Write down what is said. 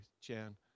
Chan